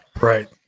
right